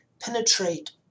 penetrate